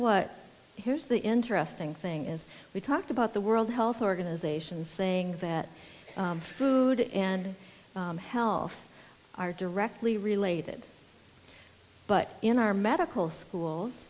what here's the interesting thing is we talked about the world health organization saying that food and health are directly related but in our medical schools